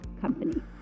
company